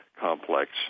complex